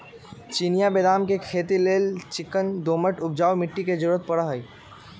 चिनियाँ बेदाम के खेती लेल चिक्कन दोमट उपजाऊ माटी के जरूरी पड़इ छइ